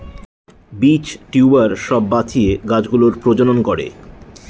বীজ, টিউবার সব বাঁচিয়ে গাছ গুলোর প্রজনন করে